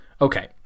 Okay